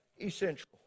essential